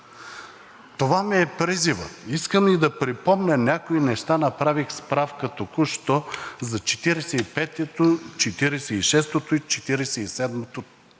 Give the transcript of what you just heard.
Това ми е призивът. Искам и да припомня някои неща. Направих справка току-що за Четиридесет и петото,